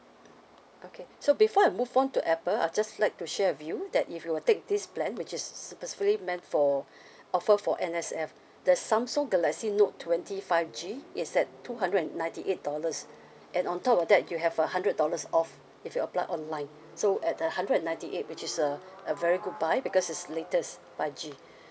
okay so before I move on to apple I'd just like to share with you that if you were to take this plan which is specifically meant for offer for N_S_F the samsung galaxy note twenty five G is at two hundred and ninety eight dollars and on top of that you have a hundred dollars off if you apply online so at uh hundred and ninety eight which is a a very good buy because it's latest five G